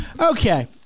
Okay